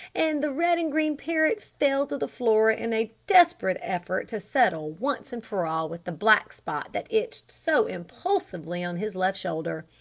and the red and green parrot fell to the floor in a desperate effort to settle once and for all with the black spot that itched so impulsively on his left shoulder!